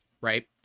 right